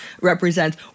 represents